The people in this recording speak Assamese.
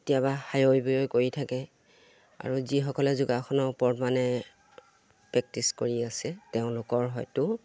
কেতিয়াবা হায়ৈ বিয়ৈ কৰি থাকে আৰু যিসকলে যোগাসনৰ ওপৰত মানে প্ৰেক্টিছ কৰি আছে তেওঁলোকৰ হয়তো